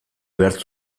behar